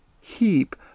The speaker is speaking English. heap